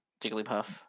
Jigglypuff